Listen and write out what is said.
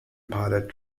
pilot